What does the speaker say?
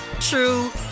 true